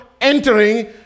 Entering